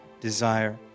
desire